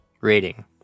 rating